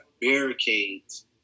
barricades